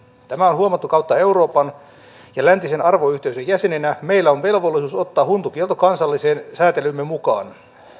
tämä on huomattu kautta euroopan ja läntisen arvoyhteisön jäsenenä meillä on velvollisuus ottaa huntukielto kansalliseen sääntelyymme mukaan